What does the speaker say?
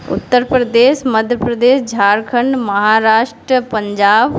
Uttar Pradesh Madhya Pradesh Jharkhand Maharashtra Punjab